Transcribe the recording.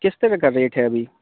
کس طرح کا ریٹ ہے ابھی